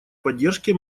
поддержке